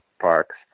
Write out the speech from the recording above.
Parks